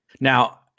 now